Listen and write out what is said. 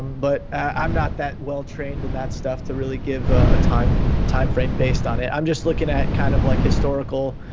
but i'm not that well-trained in that stuff to really give a timeframe timeframe based on it. i'm just looking at kind of like historical,